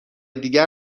دیگر